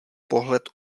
pohled